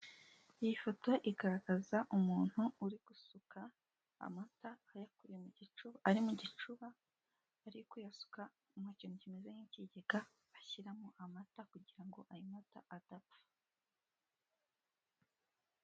Iyi foto igaragaza umuntu uri gusuka amata ari mu gicuba, ari kuyasuka mu kintu kimeze nk'ikigega bashyiramo amata kugirango ayo mata adapfa.